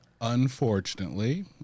Unfortunately